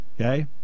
Okay